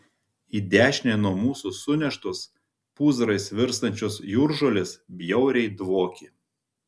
į dešinę nuo mūsų suneštos pūzrais virstančios jūržolės bjauriai dvokė